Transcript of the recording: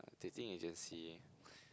uh dating agency